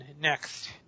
next